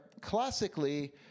classically